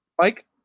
Mike